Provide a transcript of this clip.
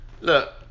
look